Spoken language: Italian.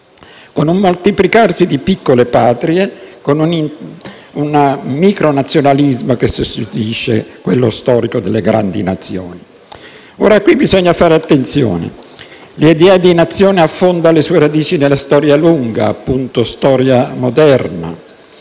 con un moltiplicarsi di piccole patrie, con un micronazionalismo che sostituisce quello storico delle grandi Nazioni. Ora, qui bisogna fare attenzione: l'idea di Nazione affonda le sue radici nella storia lunga, appunto storia moderna.